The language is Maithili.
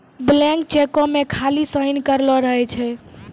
ब्लैंक चेको मे खाली साइन करलो रहै छै